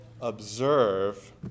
observe